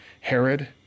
Herod